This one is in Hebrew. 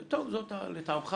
טוב, זה לטעמך.